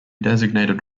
designated